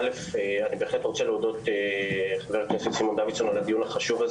אני רוצה להודות לחבר הכנסת סימון דוידסון על הדיון החשוב,